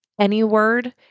AnyWord